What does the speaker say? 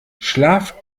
schlaf